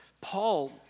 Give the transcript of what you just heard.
Paul